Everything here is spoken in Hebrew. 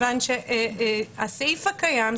כיוון שהסעיף הקיים,